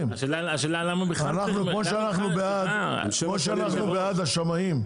השאלה למה בכלל צריך --- כמו שאנחנו בעד השמאים,